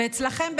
ואצלכם,